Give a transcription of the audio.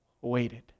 waited